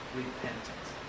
repentance